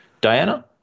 Diana